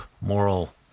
moral